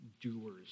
doers